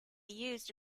used